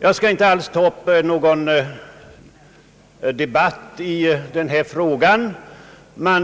Jag skall inte alls ta upp någon debatt om den sidan av saken